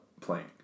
playing